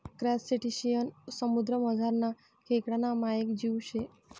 crustacean समुद्रमझारना खेकडाना मायेक जीव शे